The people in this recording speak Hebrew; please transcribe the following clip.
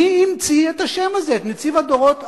מי המציא את השם הזה, את נציב הדורות הבאים?